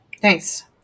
Thanks